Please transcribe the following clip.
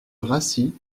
rassit